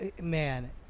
man